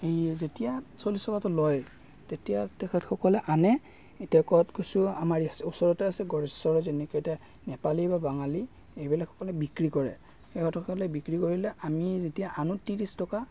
এই যেতিয়া চল্লিছ টকাটো লয় তেতিয়া তেখেতসকলে আনে এতিয়া কচু আমাৰ ইয়াত ওচৰতে আছে গোৰেশ্বৰৰ যেনেকে এতিয়া নেপালী বা বাঙালী এইবিলাকসকলে বিক্ৰী কৰে এখেতসকলে বিক্ৰী কৰিলে আমি যেতিয়া আনো ত্ৰিছ টকা